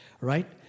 right